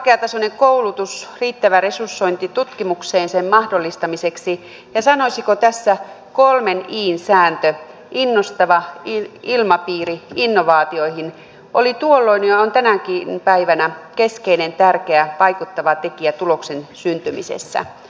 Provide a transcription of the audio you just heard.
korkeatasoinen koulutus riittävä resursointi tutkimukseen sen mahdollistamiseksi ja sanoisiko tässä että kolmen in sääntö innostava ilmapiiri innovaatioihin oli tuolloin ja on tänäkin päivänä keskeinen tärkeä vaikuttava tekijä tuloksen syntymisessä